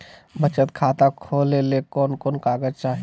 बचत खाता खोले ले कोन कोन कागज चाही?